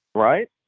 right?